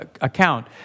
account